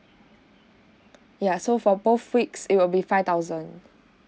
ya so for both weeks it will be five thousand